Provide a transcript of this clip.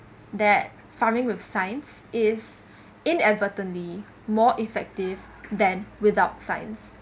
that farming with science is inadvertently more effective than without science